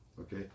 Okay